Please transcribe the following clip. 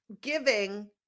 giving